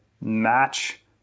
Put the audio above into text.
match